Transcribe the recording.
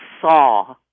saw